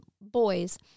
boys